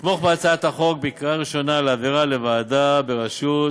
לתמוך בהצעת החוק בקריאה הראשונה ולהעבירה לוועדה בראשות,